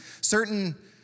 certain